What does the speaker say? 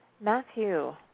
Matthew